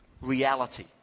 Reality